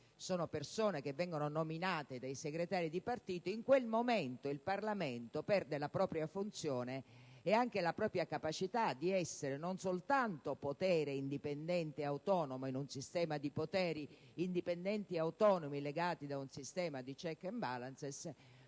da persone che vengono nominate dai segretari di partito, in quel momento il Parlamento perde la propria funzione e anche la propria capacità di essere non soltanto potere indipendente e autonomo in un sistema di poteri indipendenti e autonomi legati da un sistema di *checks and balances*,